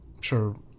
sure